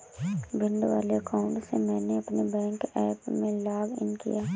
भिंड वाले अकाउंट से मैंने अपने बैंक ऐप में लॉग इन किया